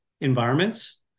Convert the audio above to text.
environments